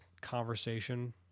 conversation